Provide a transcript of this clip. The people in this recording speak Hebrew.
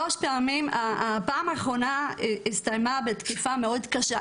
הפעם האחרונה הסתיימה בתקיפה מאוד קשה.